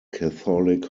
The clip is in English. catholic